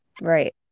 Right